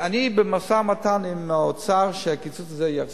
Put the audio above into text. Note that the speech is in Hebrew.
אני במשא-ומתן עם האוצר שהקיצוץ הזה יחזור.